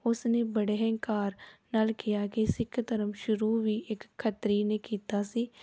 ਉਸਨੇ ਬੜੇ ਹੰਕਾਰ ਨਾਲ ਕਿਹਾ ਕਿ ਸਿੱਖ ਧਰਮ ਸ਼ੁਰੂ ਵੀ ਇੱਕ ਖੱਤਰੀ ਨੇ ਕੀਤਾ ਸੀ